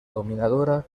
dominadora